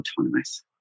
autonomous